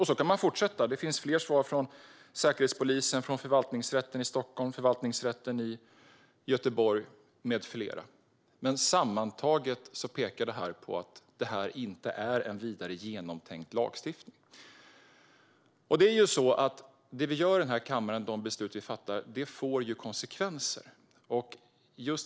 Så kan man fortsätta - det finns fler svar, från Säkerhetspolisen, Förvaltningsrätten i Stockholm, Förvaltningsrätten i Göteborg med flera - men sammantaget pekar detta på att denna lagstiftning inte är vidare genomtänkt. Det som vi gör här i kammaren och de beslut vi fattar får konsekvenser.